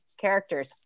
characters